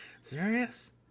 serious